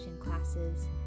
classes